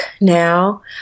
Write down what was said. now